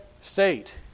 state